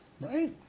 Right